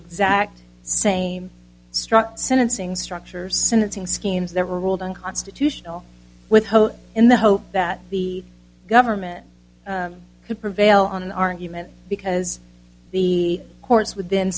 exact same struct sentencing structure sentencing schemes that were ruled unconstitutional with in the hope that the government could prevail on an argument because the courts would then